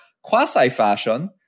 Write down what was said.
Quasi-fashion